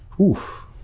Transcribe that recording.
Oof